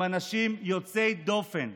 עם אנשים יוצאי דופן.